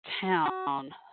town